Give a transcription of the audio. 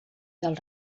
del